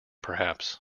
perhaps